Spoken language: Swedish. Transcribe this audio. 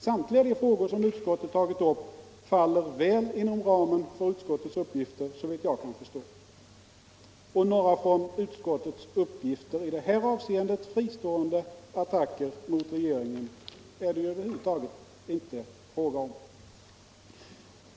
Samtliga de frågor som utskottet tagit upp faller väl inom ramen för utskottets uppgifter, såvitt jag kan förstå, och några från utskottets uppgifter i detta avseende fristående attacker mot regeringen är det över huvud taget inte fråga om.